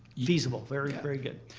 feasible, very very good.